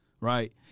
right